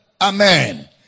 Amen